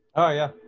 oh yeah,